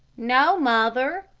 no, mother,